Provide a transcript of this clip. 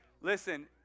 Listen